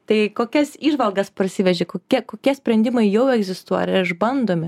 tai kokias įžvalgas parsiveži kokie kokie sprendimai jau egzistuoja ar yra išbandomi